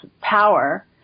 power